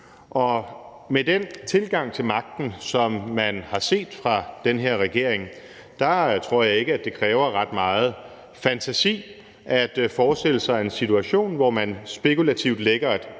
Med den tilgang til magten, som man har set fra den her regerings side, tror jeg ikke, at det kræver ret meget fantasi at forestille sig en situation, hvor man spekulativt lægger et